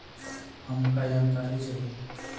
हमका जानकारी चाही?